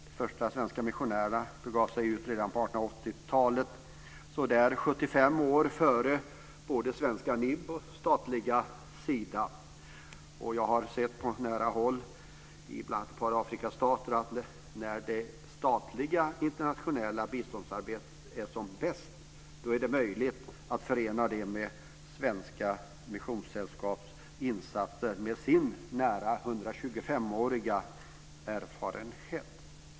De första svenska missionärerna begav sig ut redan på 1880-talet, sådär 75 år före både svenska NIB och statliga Sida. Jag har sett på nära håll, i bl.a. ett par afrikanska stater, att när det statliga internationella biståndsarbetet är som bäst är det möjligt att förena det med svenska missionssällskaps insatser med sin nära 125-åriga erfarenhet.